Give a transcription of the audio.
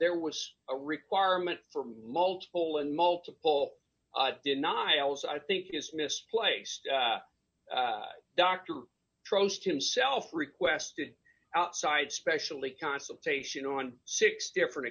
ere was a requirement for multiple and multiple denials i think is misplaced dr droste himself requested outside specially consultation on six different